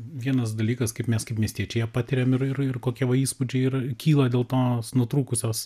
vienas dalykas kaip mes kaip miestiečiai ją patiriam ir ir ir kokie va įspūdžiai ir kyla dėl to nutrūkusios